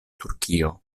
turkio